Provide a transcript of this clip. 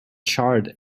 charred